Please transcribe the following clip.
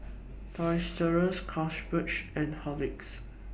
Toys Rus Carlsberg and Horlicks